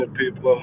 people